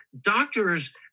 doctors